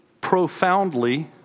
Profoundly